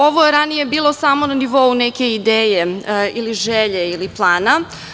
Ovo je ranije bilo samo na nivou neke ideje, želje ili plana.